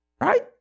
right